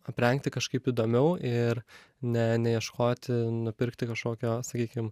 aprengti kažkaip įdomiau ir ne neieškoti nupirkti kažkokio sakykim